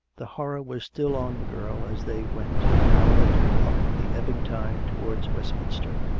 the horror was still on the girl, as they went, an hour later, up the ebbing tide towards westminster,